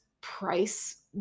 price-